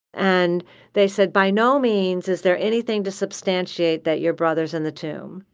and they said, by no means is there anything to substantiate that your brother's in the tomb.